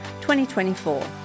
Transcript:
2024